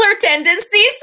tendencies